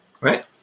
Right